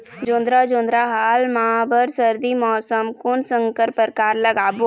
जोंधरा जोन्धरा हाल मा बर सर्दी मौसम कोन संकर परकार लगाबो?